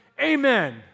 Amen